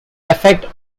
affect